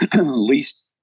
least